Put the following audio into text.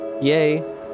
yay